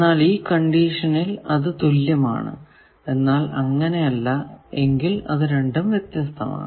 എന്നാൽ ഈ കണ്ടീഷനിൽ അത് തുല്യമാണ് എന്നാൽ അങ്ങനെ അല്ല എങ്കിൽ അത് രണ്ടും വ്യത്യസ്തമാണ്